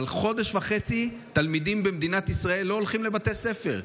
אבל חודש וחצי תלמידים במדינת ישראל לא הולכים לבתי ספר.